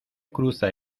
cruza